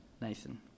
Nathan